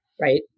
right